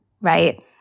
right